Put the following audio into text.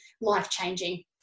life-changing